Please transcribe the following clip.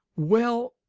well,